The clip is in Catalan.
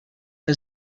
que